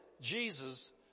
Jesus